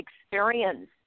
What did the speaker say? experience